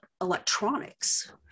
electronics